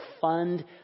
fund